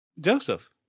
Joseph